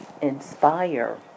inspire